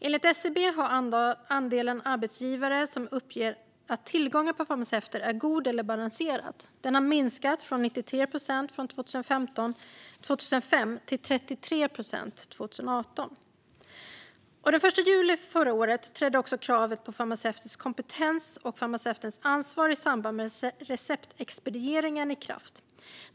Enligt SCB har andelen arbetsgivare som uppger att tillgången på farmaceuter är god eller balanserad minskat från 93 procent 2005 till 33 procent 2018. Den 1 juli förra året trädde också kravet på farmaceutisk kompetens och farmaceutens ansvar i samband med receptexpediering i kraft.